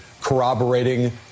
corroborating